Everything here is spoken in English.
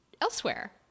elsewhere